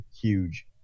huge